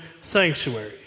sanctuary